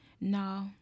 no